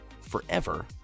forever